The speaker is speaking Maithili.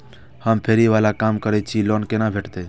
हम फैरी बाला काम करै छी लोन कैना भेटते?